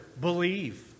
believe